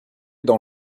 dans